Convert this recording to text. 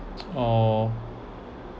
oh